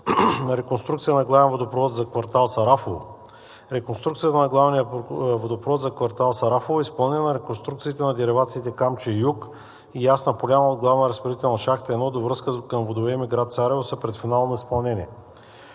на реконструкция на главен водопровод за квартал „Сарафово“. Реконструкцията на главния водопровод за квартал „Сарафово“ е изпълнена на реконструкциите на деривациите „Камчия-юг“ и Ясна поляна от главната разпределителна шахта 1 до връзка към водоемния град Царево са пред финално изпълнение.